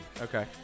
Okay